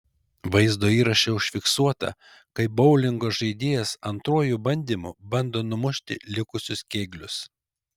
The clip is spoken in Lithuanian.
vaizdo įraše užfiksuota kaip boulingo žaidėjas antruoju bandymu bando numušti likusius kėglius